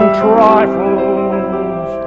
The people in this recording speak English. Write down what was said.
trifles